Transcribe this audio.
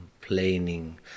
complaining